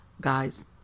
guys